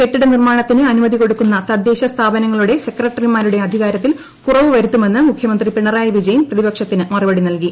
കെട്ടിട നിർമാണത്തിന് അനുമതി കൊടുക്കുന്ന തദ്ദേശ സ്ഥാപനങ്ങളുടെ സെക്രട്ടറിമാരുടെ അധികാരത്തിൽ കുറവ് വരുത്തുമെന്ന് മുഖ്യമന്ത്രി പിണറായി വിജയൻ പ്രതിപക്ഷത്തിന് മറുപടി നൽകി